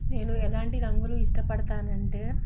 నేను ఎలాంటి రంగులు ఇష్టపడతాను అంటే